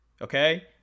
Okay